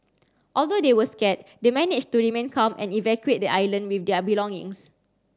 although they were scared they managed to remain calm and evacuate the island with their belongings